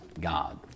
God